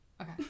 Okay